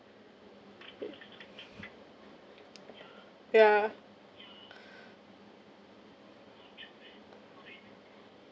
ya yeah